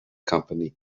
company